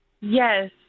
Yes